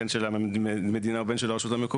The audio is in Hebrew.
בין אם של המדינה ובין אם של הרשות המקומיות,